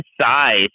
size